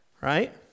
right